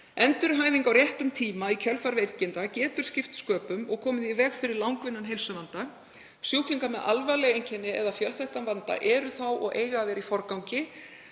Endurhæfing á réttum tíma í kjölfar veikinda getur skipt sköpum og komið í veg fyrir langvinnan heilsuvanda. Sjúklingar með alvarleg einkenni eða fjölþættan vanda eru þá og eiga að vera í forgangi.